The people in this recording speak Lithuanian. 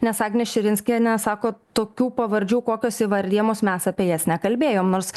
nes agnė širinskienė sako tokių pavardžių kokios įvardijamos mes apie jas nekalbėjom nors